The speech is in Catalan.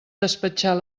despatxar